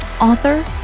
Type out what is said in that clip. author